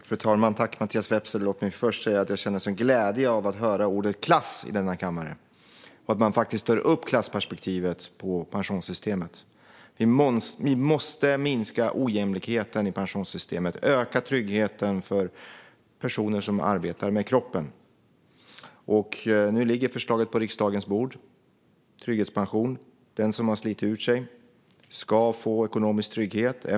Fru talman! Tack, Mattias Vepsä! Låt mig först säga att jag känner stor glädje över att höra ordet klass i denna kammare och att man tar upp klassperspektivet när det gäller pensionssystemet. Vi måste minska ojämlikheten i pensionssystemet och öka tryggheten för personer som arbetar med kroppen. Nu ligger förslaget om trygghetspension på riksdagens bord. Den som har slitit ut sig ska få ekonomisk trygghet.